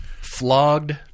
flogged